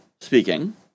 speaking